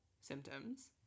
symptoms